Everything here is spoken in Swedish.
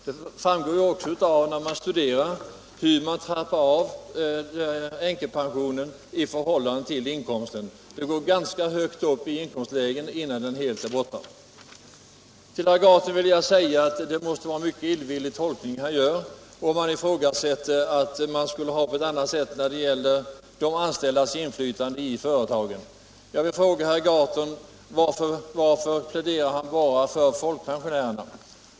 Det framgår också när man studerar hur änkepensionen trappas av i förhållande till inkomsten. Man kommer ganska högt upp i inkomstlägena innan pensionen är helt borta. Till herr Gahrton vill jag säga: Det måste vara en mycket illvillig tolkning herr Gahrton gör om han ifrågasätter att det skulle vara ordnat på annat sätt när det gäller de anställdas inflytande i företag. Jag vill fråga herr Gahrton varför han pläderar bara för folkpensionärerna.